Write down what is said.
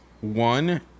One